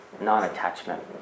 non-attachment